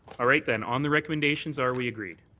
right, then. on the recommendations are we agreed?